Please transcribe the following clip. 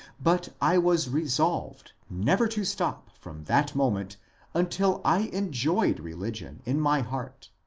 but i was resolved never to stop from that moment until i enjoyed religion in my heart,